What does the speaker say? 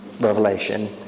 revelation